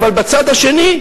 אבל קולם רועם ומהודהד,